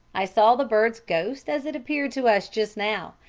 i saw the bird's ghost as it appeared to us just now.